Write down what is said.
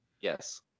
Yes